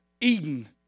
Eden